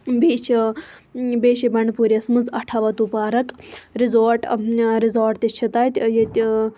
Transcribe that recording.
بیٚیہِ چھ بیٚیہِ چھ بَنڈٕپورِس مَنٛز اَٹھاوَتو پارَک رِزوٹ رِزوٹ تہِ چھُ تَتہِ ییٚتہِ